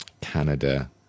Canada